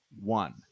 one